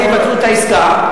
של היווצרות העסקה?